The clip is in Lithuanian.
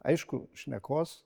aišku šnekos